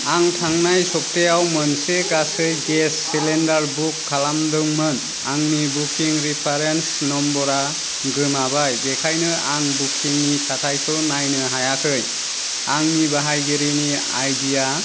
आं थांनाय सप्तायाव मोनसे गासै गेस सिलिन्डार बुक खालामदोंमोन आंनि बुकिं रिफारेन्स नम्बरा गोमाबाय बेखायनो आं बुकिंनि थाथायखौ नायनो हायाखै आंनि बाहायगिरिनि आइडि या